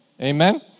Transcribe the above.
Amen